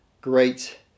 great